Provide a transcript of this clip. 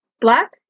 black